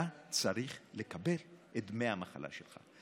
אתה צריך לקבל את דמי המחלה שלך.